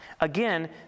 Again